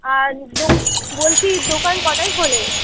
আর দো বলছি দোকান কটায় খোলে